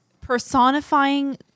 Personifying